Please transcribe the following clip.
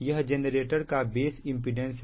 यह जेनरेटर का base impedance है